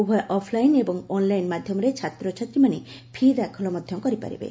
ଉଭୟ offline ଏବଂ online ମାଧ୍ଧମରେ ଛାତ୍ରଛାତ୍ରୀମାନେ ପି' ଦାଖଲ ମଧ୍ଧ କରିପାରିବେ